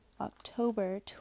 October